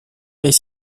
est